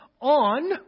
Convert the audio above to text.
on